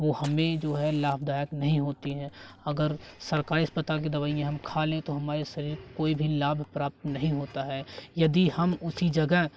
वो हमें जो है लाभदायक नहीं होती हैं अगर सरकारी अस्पताल की दवाइयाँ हम खा ले तो हमारे शरीर कोई भी लाभ प्राप्त नहीं होता है यदि हम उसी जगह